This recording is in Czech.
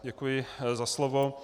Děkuji za slovo.